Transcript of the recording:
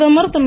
பிரதமர் திரு